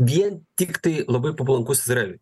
vien tiktai labai pavlankus izraeliui